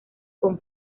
con